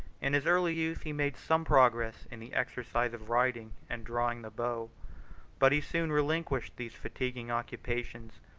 in his early youth he made some progress in the exercises of riding and drawing the bow but he soon relinquished these fatiguing occupations,